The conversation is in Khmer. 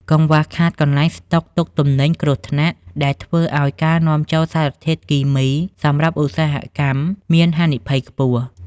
កង្វះខាត "កន្លែងស្តុកទុកទំនិញគ្រោះថ្នាក់" ដែលធ្វើឱ្យការនាំចូលសារធាតុគីមីសម្រាប់ឧស្សាហកម្មមានហានិភ័យខ្ពស់។